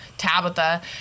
tabitha